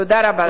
תודה רבה לכם.